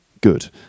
good